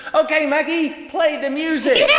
ok maggie, play the music.